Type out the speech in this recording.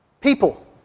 people